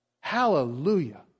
Hallelujah